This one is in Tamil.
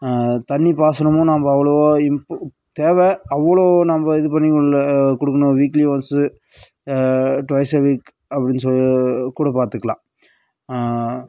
தண்ணி பாசனமும் நம்ம அவ்வளோவா இன் பு தேவை அவ்வளோ நம்ம இது பண்ணி உள்ள கொடுக்கணும் weekly once twice a week அப்படின்னு சொல்லி கூட பார்த்துக்கலாம்